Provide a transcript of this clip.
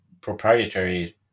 proprietary